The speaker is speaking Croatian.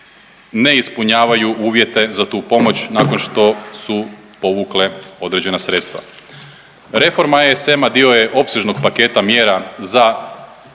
ne ispunjavaju uvjete za tu pomoć nakon što su povukle određena sredstva. Reforma ESM-a dio je opsežnog paketa mjera za